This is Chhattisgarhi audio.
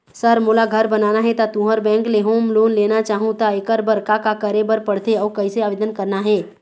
सर मोला घर बनाना हे ता तुंहर बैंक ले होम लोन लेना चाहूँ ता एकर बर का का करे बर पड़थे अउ कइसे आवेदन करना हे?